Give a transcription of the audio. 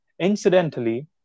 Incidentally